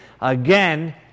again